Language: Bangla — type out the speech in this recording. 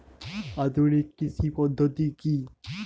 আধুনিক কৃষি পদ্ধতি কী?